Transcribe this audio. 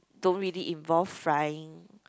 don't really involve frying